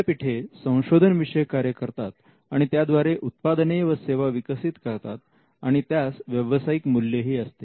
विद्यापीठे संशोधन विषयक कार्य करतात आणि त्याद्वारे उत्पादने व सेवा विकसित करतात आणि त्यास व्यावसायिक मूल्यही असते